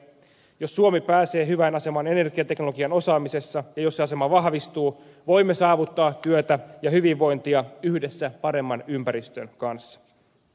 jos suomi pääsee hyvään asemaan energiateknologian osaamisessa ja jos se asema vahvistuu voimme saavuttaa työtä ja hyvinvointia yhdessä paremman ympäristön kanssa